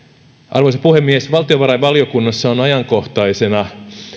arvoisa puhemies valtiovarainvaliokunnassa on ajankohtaisena